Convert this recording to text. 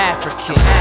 African